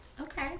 Okay